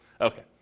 okay